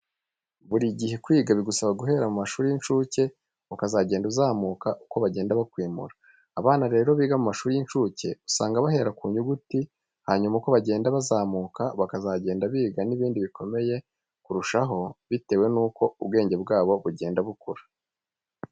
Buri gihe kwiga bigusaba guhera mu mashuri y'incuke ukazagenda uzamuka uko bagenda bakwimura. Abana rero biga mu mashuri y'incuke usanga bahera ku nyuguti, hanyuma uko bagenda bazamuka bakazagenda biga n'ibindi bikomeye kurushaho bitewe nuko ubwenge bwabo bugenda bukura.